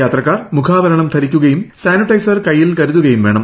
യാത്രക്കാർ പ്മുഖ്ാവരണം ധരിക്കുകയും സാനിറ്റൈസർ കൈയ്യിൽ ്കിരുതുകയും വേണം